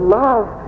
love